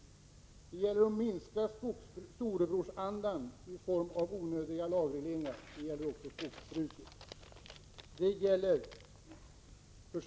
Det är nödvändigt att minska storebrorsandan i form av onödiga lagregleringar — det gäller också skogsbruket.